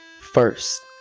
First